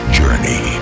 journey